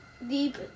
Deep